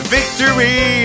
Victory